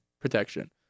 protection